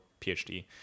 phd